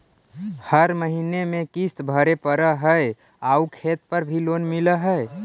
हर महीने में किस्त भरेपरहै आउ खेत पर भी लोन मिल है?